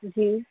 جی